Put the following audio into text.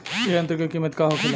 ए यंत्र का कीमत का होखेला?